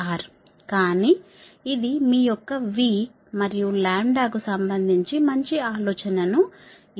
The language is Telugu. కానీ ఇది మీ యొక్క v మరియు లాంబ్డా కు సంబంధించి మంచి ఆలోచన ను ఇస్తుంది